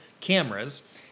cameras